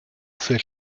für